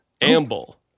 amble